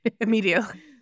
immediately